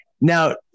Now